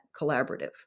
collaborative